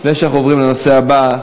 לפני שאנחנו עוברים לנושא הבא,